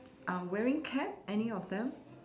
um wearing cap any of them